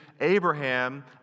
Abraham